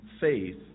faith